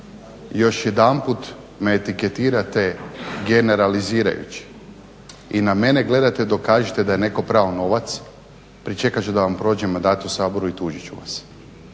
još jedanput me etiketirate generalizirajući i na mene gledate dok kažete da je netko prao novac, pričekat ću da vam prođe mandat u Saboru i tužit ću vas.